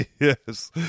Yes